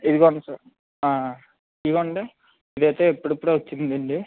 ఇదిగోనండీ sir ఇదిగోనండీ ఇదైతే ఇప్పుడిప్పుడే వచ్చిందండి